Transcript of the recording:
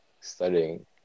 studying